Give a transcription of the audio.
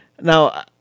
Now